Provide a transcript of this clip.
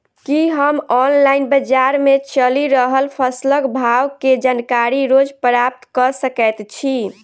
की हम ऑनलाइन, बजार मे चलि रहल फसलक भाव केँ जानकारी रोज प्राप्त कऽ सकैत छी?